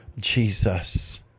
Jesus